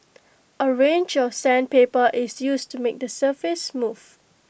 A range of sandpaper is used to make the surface smooth